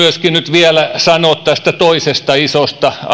vielä sanoa myöskin tästä toisesta isosta